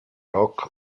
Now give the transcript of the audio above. rock